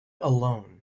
alone